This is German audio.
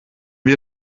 wir